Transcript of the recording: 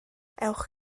ewch